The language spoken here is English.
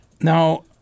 Now